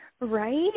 Right